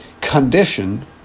condition